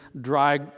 dry